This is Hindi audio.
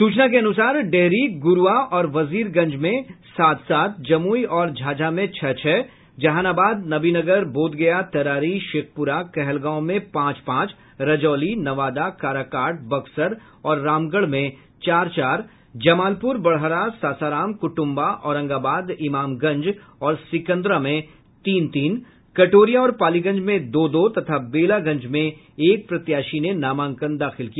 सूचना के अनुसार डेहरी गुरुआ और वजीरगंज में सात सात जमुई और झाझा में छह छह जहानाबाद नबीनगर बोधगया तरारी शेखप्रा कहलगांव में पांच पांच रजौली नवादा काराकाट बक्सर और रामगढ़ में चार चार जमालपुर बड़हरा सासाराम कुटुंबा औरंगाबाद इमामगंज और सिकंदरा में तीन तीन कटोरिया और पालीगंज में दो दो तथा बेलागंज में एक प्रत्याशी ने नामांकन दाखिल किया